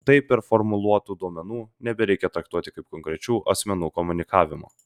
taip performuluotų duomenų nebereikia traktuoti kaip konkrečių asmenų komunikavimo